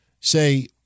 say